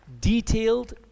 detailed